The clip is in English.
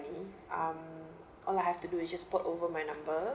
um all I have to do is just port over my number